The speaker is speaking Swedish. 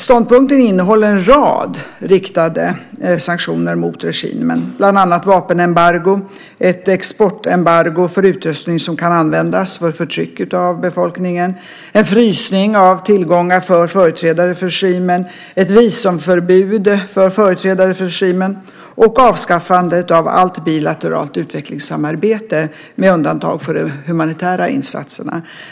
Ståndpunkten innehåller en rad riktade sanktioner mot regimen, bland annat vapenembargo, ett exportembargo för utrustning som kan användas för förtryck av befolkningen, en frysning av tillgångar för företrädare för regimen, ett visumförbud för företrädare för regimen och avskaffandet av allt bilateralt utvecklingssamarbete med undantag för de humanitära insatserna.